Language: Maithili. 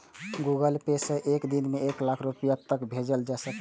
गूगल पे सं एक दिन मे एक लाख रुपैया तक भेजल जा सकै छै